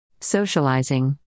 Socializing